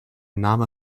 name